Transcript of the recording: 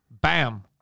Bam